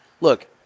look